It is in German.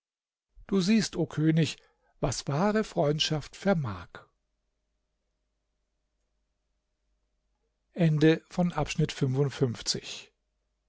du siehst o könig was wahre freundschaft vermag